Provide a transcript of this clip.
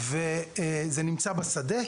זה נמצא בשטח,